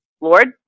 Lord